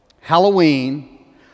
Halloween